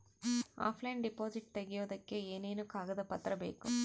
Offline deposit ತೆಗಿಯೋದಕ್ಕೆ ಏನೇನು ಕಾಗದ ಪತ್ರ ಬೇಕು?